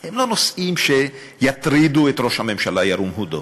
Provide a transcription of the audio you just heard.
הם לא נושאים שיטרידו את ראש הממשלה ירום הודו.